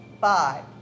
five